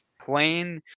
plain